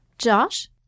Josh